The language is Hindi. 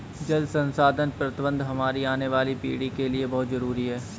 जल संसाधन प्रबंधन हमारी आने वाली पीढ़ी के लिए बहुत जरूरी है